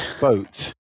boat